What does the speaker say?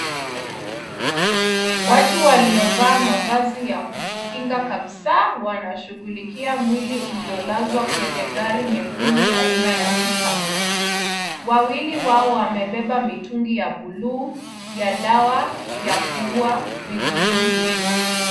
Watu waliovaa mavazi ya kujikinga kabisa, wanashughulikia mwili uliolazwa kwenye gari nyekundu aina ya Pick-up. Wawili wao wamebeba mitungi ya buluu ya dawa, ya kuua vijidudu.